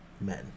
men